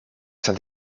sein